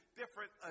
different